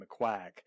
McQuack